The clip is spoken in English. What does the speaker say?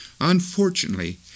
Unfortunately